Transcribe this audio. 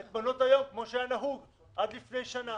את מעונות היום כמו שהיה נהוג עד לפני שנה.